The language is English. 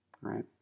right